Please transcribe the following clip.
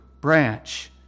branch